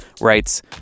writes